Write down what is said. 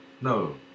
No